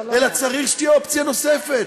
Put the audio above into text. אלא צריך שתהיה אופציה נוספת,